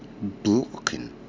blocking